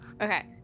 Okay